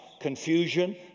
confusion